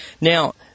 now